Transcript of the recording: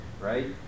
right